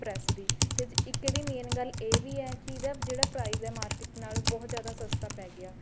press ਦੀ ਅਤੇ ਜ ਇੱਕ ਇਹਦੀ ਮੇਨ ਗੱਲ ਇਹ ਵੀ ਹੈ ਕਿ ਇਹਦਾ ਜਿਹੜਾ ਪ੍ਰਾਈਜ਼ ਹੈ ਮਾਰਕਿਟ ਨਾਲੋਂ ਬਹੁਤ ਜਿਆਦਾ ਸਸਤਾ ਪੈ ਗਿਆ